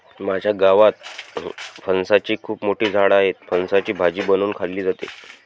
माझ्या गावात फणसाची खूप मोठी झाडं आहेत, फणसाची भाजी बनवून खाल्ली जाते